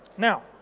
now,